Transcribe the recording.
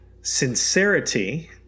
sincerity